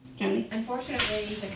Unfortunately